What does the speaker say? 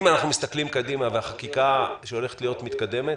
אם אנחנו מסתכלים קדימה והחקיקה שהולכת להיות מתקדמת,